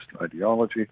ideology